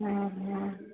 ଅ ହ